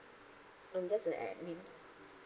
I'm just an admin